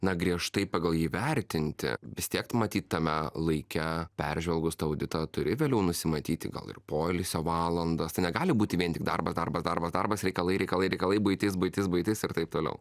na griežtai pagal jį vertinti vis tiek matyt tame laike peržvelgus tą auditą turi vėliau nusimatyti gal ir poilsio valandos tai negali būti vien tik darbas darbas darbas darbas reikalai reikalai reikalai buitis buitis buitis ir taip toliau